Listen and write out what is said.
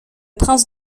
prince